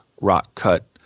rock-cut